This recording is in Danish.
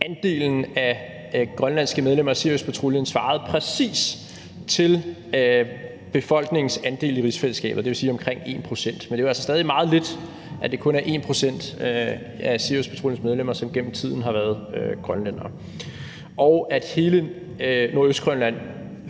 andelen af grønlandske medlemmer af Siriuspatruljen svarede præcist til befolkningens andel i rigsfællesskabet, og det vil sige omkring 1 pct. Men det er jo altså stadig meget lidt, at det kun er 1 pct. af Siriuspatruljens medlemmer, som gennem tiden har været grønlændere, og at hele Nordøstgrønland